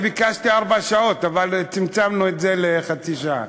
אני ביקשתי ארבע שעות, אבל צמצמנו את זה לחצי שעה.